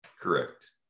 Correct